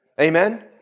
Amen